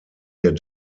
der